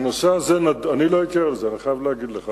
אני לא הייתי ער לזה, אני חייב להגיד לך.